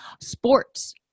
sports